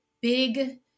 big